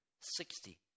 sixty